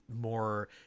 more